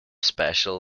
special